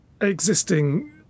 existing